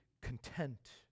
content